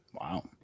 Wow